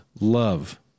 love